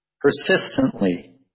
persistently